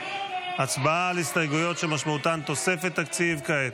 הצבעה על הסתייגויות שמשמעותן תוספת תקציב כעת.